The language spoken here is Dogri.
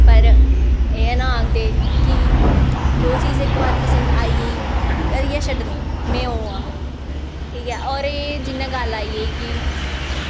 पर एह् ना आखदे कि जो चीज इक बार पसंद आई गेई करियै छड्डनी में ओह् आं ठीक ऐ होर एह् जियां गल्ल आई गेई कि